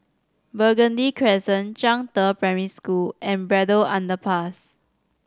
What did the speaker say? Burgundy Crescent Zhangde Primary School and Braddell Underpass